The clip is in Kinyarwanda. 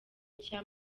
nshya